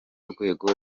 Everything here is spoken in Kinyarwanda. rwego